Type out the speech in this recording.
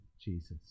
Jesus